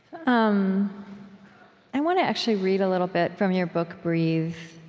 um i want to actually read a little bit from your book breathe.